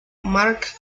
marc